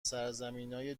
سرزمینای